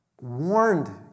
warned